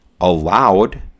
allowed